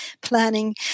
planning